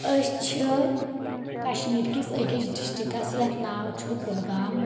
أسۍ چھِ کشمیٖر کِس أکِس ڈسٹکس یتھ ناو چھُ گلگام